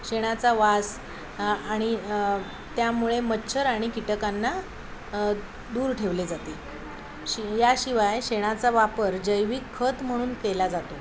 शेणाचा वास आणि त्यामुळे मच्छर आणि कीटकांना दूर ठेवले जाते शी याशिवाय शेणाचा वापर जैविक खत म्हणून केला जातो